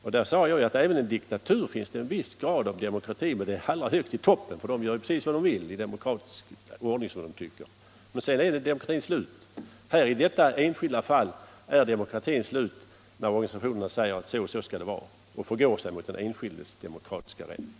Jag sade att även i en diktatur finns det en viss grad av demokrati, men den hamnar högt i toppen, där man gör precis vad man vill — som man tycker i demokratisk ordning. Sedan är den demokratin slut. I detta enskilda fall är demokratin slut när organisationerna får säga att så och så skall det vara och förgår sig mot den enskildes demokratiska rätt.